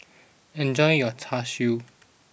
enjoy your Char Siu